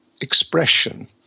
expression